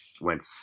went